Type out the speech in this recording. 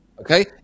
okay